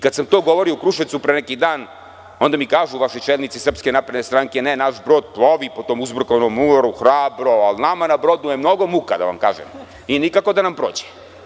Kada sam to govorio u Kruševcu pre neki dan, onda mi kažu vaši čelnici SNS – ne naš brod plovi po tom uzburkanom moru, hrabro, ali nama na brodu je mnogo muka da vam kažem i nikako da nam prođe.